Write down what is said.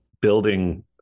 building